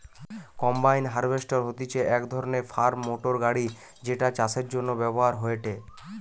combine harvester হতিছে এক ধরণের ফার্ম মোটর গাড়ি যেটা চাষের জন্য ব্যবহার হয়েটে